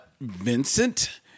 Vincent